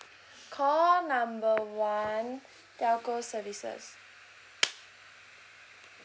call number one telco services